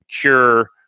cure